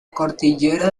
cordillera